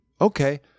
Okay